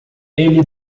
ele